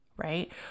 right